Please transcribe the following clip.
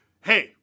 hey